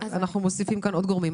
מוסיפים כאן עוד גורמים,